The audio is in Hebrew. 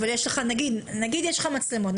אבל נגיד שיש לך מצלמות,